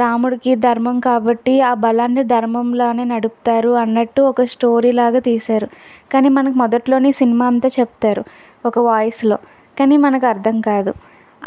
రాముడికి ధర్మం కాబట్టి ఆ బలాన్ని ధర్మంలో నడుపుతారు అన్నట్టు ఒక స్టోరీలాగా తీశారు కానీ మనకు మొదట్లో సినిమా అంతా చెప్తారు ఒక వాయిస్లో కానీ మనకు అర్థం కాదు